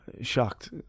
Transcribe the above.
shocked